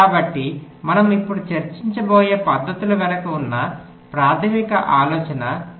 కాబట్టి మనం ఇప్పుడు చర్చించబోయే పద్ధతుల వెనుక ఉన్న ప్రాథమిక ఆలోచన ఇదే